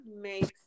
makes